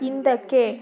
ಹಿಂದಕ್ಕೆ